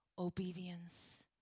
obedience